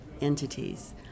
entities—